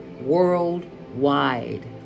worldwide